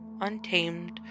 untamed